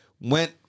went